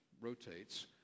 rotates